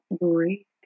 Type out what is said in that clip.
break